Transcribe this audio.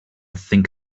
think